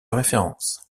référence